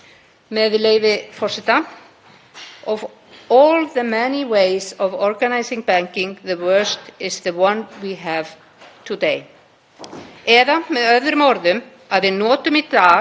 Eða með öðrum orðum: Við notum í dag verstu útgáfu af bankakerfi sem til er og því munu öll önnur kerfi okkar einfaldlega vera betri.